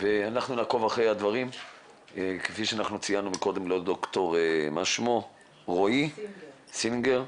ואנחנו נעקוב אחרי הדברים כפי שציינו מקודם לד"ר רועי סינגר,